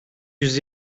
yüz